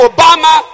Obama